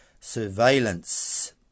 surveillance